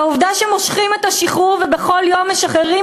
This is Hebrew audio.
והעובדה שמושכים את השחרור ובכל יום משחררים